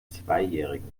zweijährigen